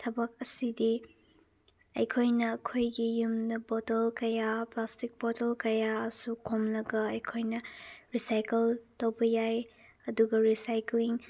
ꯊꯕꯛ ꯑꯁꯤꯗꯤ ꯑꯩꯈꯣꯏꯅ ꯑꯩꯈꯣꯏꯒꯤ ꯌꯨꯝꯗ ꯕꯣꯇꯜ ꯀꯌꯥ ꯄ꯭ꯂꯥꯁꯇꯤꯛ ꯕꯣꯇꯜ ꯀꯌꯥꯁꯨ ꯈꯣꯝꯂꯒ ꯑꯩꯈꯣꯏꯅ ꯔꯤꯁꯥꯏꯀꯜ ꯇꯧꯕ ꯌꯥꯏ ꯑꯗꯨꯒ ꯔꯤꯁꯥꯏꯀ꯭ꯂꯤꯡ